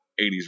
80s